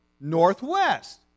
northwest